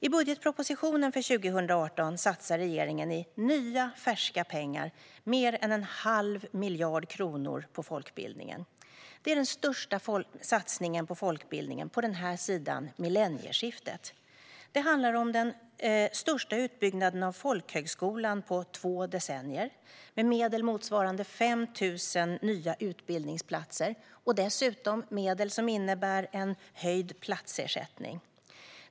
I budgetpropositionen för 2018 satsar regeringen, i nya färska pengar, mer än en halv miljard kronor på folkbildningen. Det är den största satsningen på folkbildningen på den här sidan millennieskiftet. Det handlar om den största utbyggnaden av folkhögskolan på två decennier med medel motsvarande 5 000 nya utbildningsplatser och dessutom medel som innebär en höjd platsersättning.